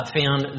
found